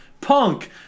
punk